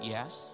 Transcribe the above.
Yes